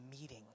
meeting